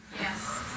Yes